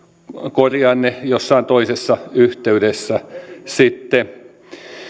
korjaan ne jossain toisessa yhteydessä sitten